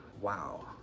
Wow